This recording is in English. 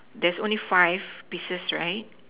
there's only five pieces right